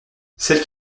celles